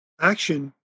action